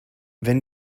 wenn